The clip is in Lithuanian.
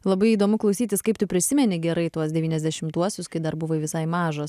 labai įdomu klausytis kaip tu prisimeni gerai tuos devyniasdešimtuosius kai dar buvai visai mažas